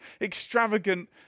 extravagant